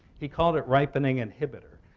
he called it ripening inhibitor.